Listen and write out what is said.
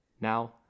Now